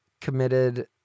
committed